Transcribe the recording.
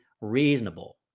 reasonable